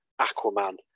Aquaman